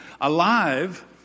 alive